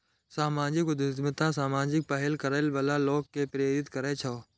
सामाजिक उद्यमिता सामाजिक पहल करै बला लोक कें प्रेरित करै छै